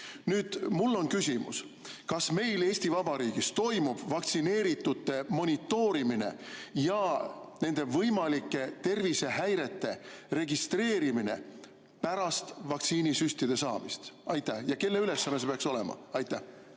Nüüd mul on küsimus. Kas meil Eesti Vabariigis toimub vaktsineeritute monitoorimine ja nende võimalike tervisehäirete registreerimine pärast vaktsiinisüstide saamist? Ja kelle ülesanne see peaks olema? Aitäh,